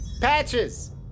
Patches